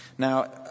Now